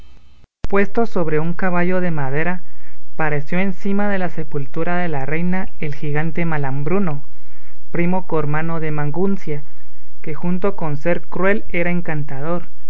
puesto sobre un caballo de madera pareció encima de la sepultura de la reina el gigante malambruno primo cormano de maguncia que junto con ser cruel era encantador el